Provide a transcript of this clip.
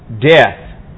death